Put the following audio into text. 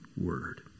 word